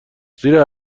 زیرا